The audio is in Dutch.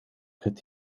het